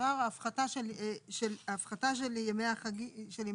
דבר ההפחתה של ימי החגים.